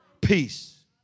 Peace